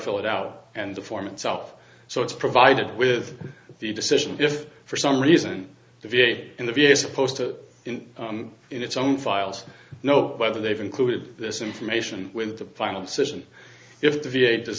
fill it out and the form itself so it's provided with the decision if for some reason the v a in the v a is supposed to in its own files know whether they've included this information with the final decision if the v a does